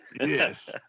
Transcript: Yes